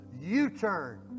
U-turn